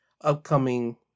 upcoming